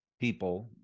people